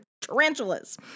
tarantulas